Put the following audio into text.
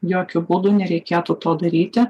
jokiu būdu nereikėtų to daryti